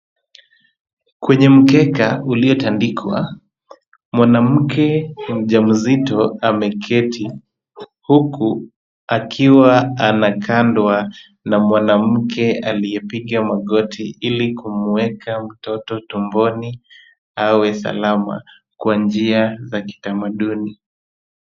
Kwenye mkeka uliotandikwa, mwanamke mjamzito ameketi, huku akiwa anakandwa na mwanamke aliyepiga magoti, ili kumweka mtoto tumboni awe salama kwa njia za kitamaduni.